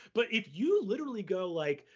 but if you literally go like,